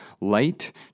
light